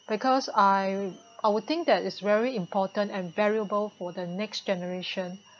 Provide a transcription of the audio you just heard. because I I would think that is very important and valuable for the next generation